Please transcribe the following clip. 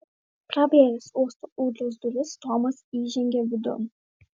pravėręs uosto ūdros duris tomas įžengė vidun